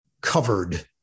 covered